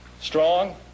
strong